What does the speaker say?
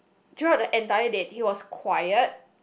throughout the entire date he was quiet